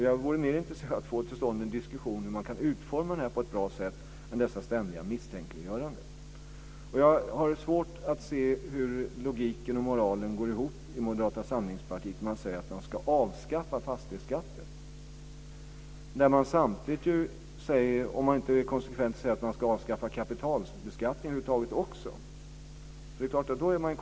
Jag vore mer intresserad av att få till stånd en diskussion om hur man kan utforma det på ett bra sätt än dessa ständiga misstänkliggöraden. Jag har svårt att se hur logiken och moralen går ihop i Moderata samlingspartiet när man säger att man ska avskaffa fastighetsskatten om man inte konsekvent säger att man också ska avskaffa kapitalbeskattningen över huvud taget.